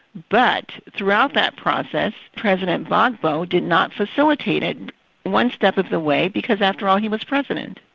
but throughout that process, president gbagbo did not facilitate it one step of the way because after all, he was president,